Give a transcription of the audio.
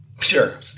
Sure